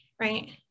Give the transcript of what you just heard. right